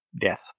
death